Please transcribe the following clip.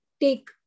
take